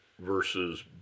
versus